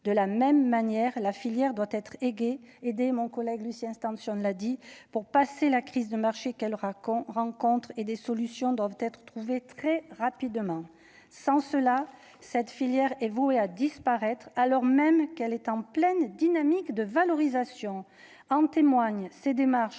de la même manière, la filière doit être aider mon collègue Lucien stand sur ne l'a dit, pour passer la crise de marché qu'elle aura qu'on rencontre et des solutions doivent être trouvées très rapidement, sans cela, cette filière est voué à disparaître, alors même qu'elle est en pleine dynamique de valorisation, en témoignent ses démarches